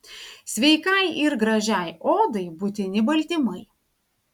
sveikai ir gražiai odai būtini baltymai